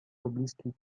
pobliskiej